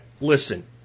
Listen